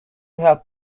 help